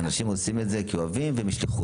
אנשים עושים את זה כי אוהבים ומשליחות,